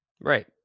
Right